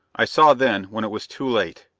i saw then, when it was too late,